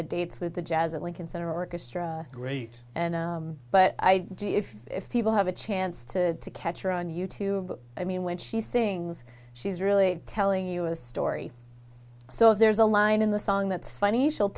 of dates with the jazz at lincoln center orchestra great and but i do if people have a chance to catch her on you tube i mean when she sings she's really telling you a story so there's a line in the song that's funny she'll